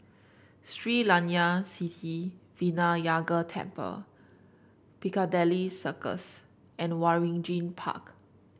Sri Layan Sithi Vinayagar Temple Piccadilly Circus and Waringin Park